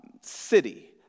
city